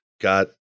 got